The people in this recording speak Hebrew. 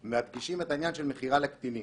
מדגישים את העניין של מכירה לקטנים.